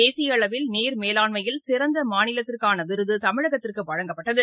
தேசியஅளவில் நீர் மேலாண்மையில் சிறந்தமாநிலத்திற்கானவிருதுதமிழகத்திற்குவழங்கப்பட்டது